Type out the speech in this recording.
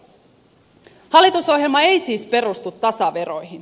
hallitusohjelma ei siis perustu tasaveroihin